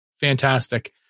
fantastic